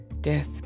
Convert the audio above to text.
death